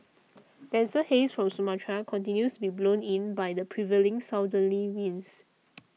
denser haze from Sumatra continues to be blown in by the prevailing southerly winds